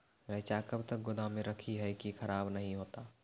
रईचा कब तक गोदाम मे रखी है की खराब नहीं होता?